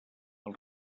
els